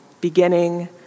beginning